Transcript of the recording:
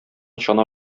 чана